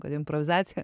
kad improvizacija